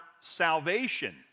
salvation